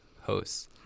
hosts